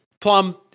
Plum